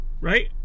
right